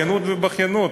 בכיינות ובכיינות ובכיינות.